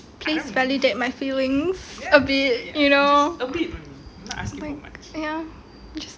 place validate my feelings a bit you know ya just